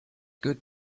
good